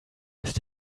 ist